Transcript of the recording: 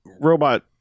robot